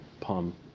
palm